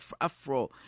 Afro